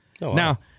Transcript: Now